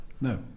No